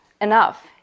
enough